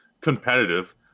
competitive